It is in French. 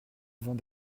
avant